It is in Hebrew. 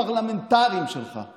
מהייעודים הפרלמנטריים שלך.